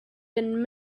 been